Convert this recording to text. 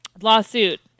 Lawsuit